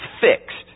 fixed